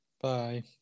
Bye